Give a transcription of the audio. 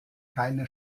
keine